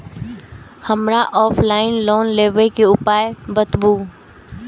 हमरा offline loan लेबे के उपाय बतबु?